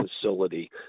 facility